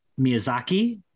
Miyazaki